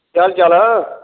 केह् हाल चाल ऐ